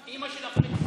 אימא שלך מצרייה.